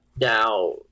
Now